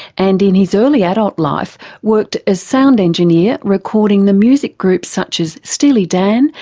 and in his early adult life worked as sound engineer recording the music groups such as steely dan,